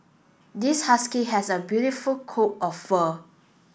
this husky has a beautiful coat of fur